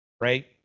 right